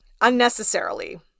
Unnecessarily